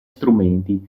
strumenti